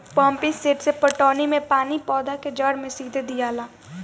pump set से पटौनी मे पानी पौधा के जड़ मे सीधे दियाला